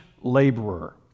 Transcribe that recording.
laborer